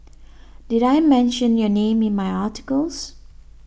did I mention your name in my articles